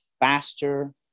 faster